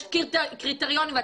יש קריטריונים.